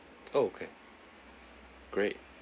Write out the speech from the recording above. okay great